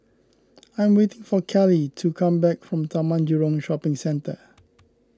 I am waiting for Cali to come back from Taman Jurong Shopping Centre